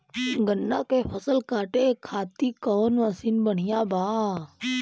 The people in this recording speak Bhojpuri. गन्ना के फसल कांटे खाती कवन मसीन बढ़ियां बा?